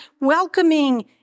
welcoming